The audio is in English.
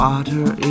Water